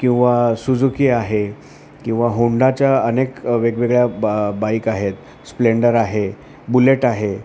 किंवा सुझुकी आहे किंवा होंडाच्या अनेक वेगवेगळ्या ब बाईक आहेत स्प्लेंडर आहे बुलेट आहे